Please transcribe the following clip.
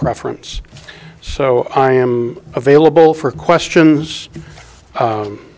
preference so i am available for questions